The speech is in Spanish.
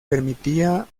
permitía